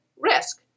risk